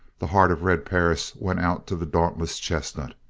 the heart of red perris went out to the dauntless chestnut.